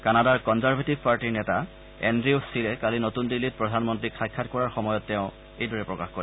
কানাডাৰ কনজাৰ্ভেটিভ পাৰ্টীৰ নেতা এণ্ড্ৰিউ শ্বিৰে কালি নতুন দিল্লীত প্ৰধানমন্ত্ৰীক সাক্ষাৎ কৰাৰ সময়ত তেওঁ এইদৰে প্ৰকাশ কৰে